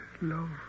love